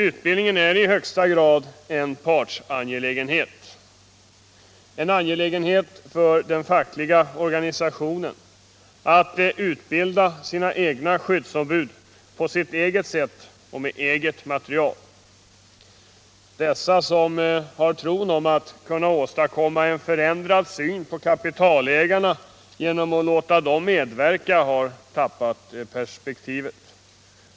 Utbildningen är i högsta grad en partsangelägenhet — en angelägenhet för den fackliga organisationen att utbilda sina egna skyddsombud på sitt eget sätt och med eget material. De som har tron att det går att åstadkomma en förändrad syn på kapitalägarna genom att låta dem medverka har förlorat perspektivet.